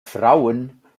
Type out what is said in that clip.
frauen